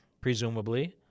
presumably